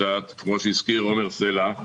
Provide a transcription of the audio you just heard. כפי שהזכיר עומר סלע.